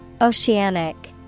Oceanic